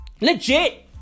Legit